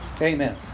Amen